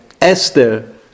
Esther